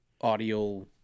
audio